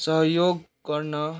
सहयोग गर्न